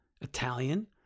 Italian